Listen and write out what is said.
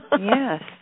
yes